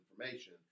information